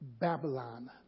Babylon